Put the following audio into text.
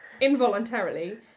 involuntarily